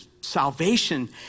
salvation